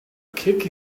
kick